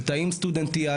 של תאים סטודנטיאליים,